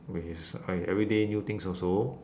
oh yes ah every day new things also